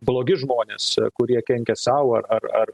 blogi žmonės kurie kenkia sau ar ar ar